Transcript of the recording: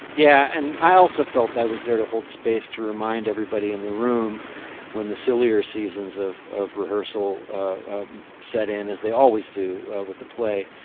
yeah and i also felt i was there to hold space to remind everybody in the room when the sillier seasons of of rehearsal set in, as they always do with the play.